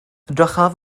edrychaf